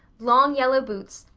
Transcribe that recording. long yellow boots,